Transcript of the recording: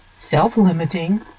self-limiting